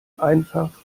einfach